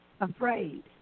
afraid